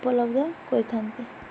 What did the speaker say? ଉପଲବ୍ଧ କରିଥାନ୍ତି